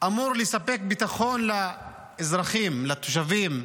אמור לספק ביטחון לאזרחים, לתושבים.